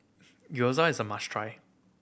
gyoza is a must try